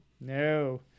No